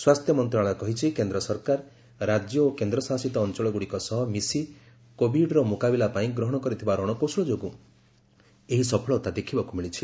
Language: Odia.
ସ୍ୱାସ୍ଥ୍ୟ ମନ୍ତ୍ରଣାଳୟ କହିଛି କେନ୍ଦ୍ର ସରକାର ରାଜ୍ୟ ଓ କେନ୍ଦ୍ରଶାସିତ ଅଞ୍ଚଳ ଗୁଡ଼ିକ ସହ ମିଶି କୋଭିଡର ମୁକାବିଲା ପାଇଁ ଗ୍ରହଣ କରିଥିବା ରଣକୌଶଳ ଯୋଗୁଁ ଏହି ସଫଳତା ଦେଖିବାକୁ ମିଳିଛି